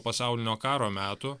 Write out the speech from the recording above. pasaulinio karo metų